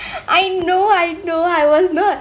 I know I know I was not